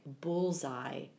bullseye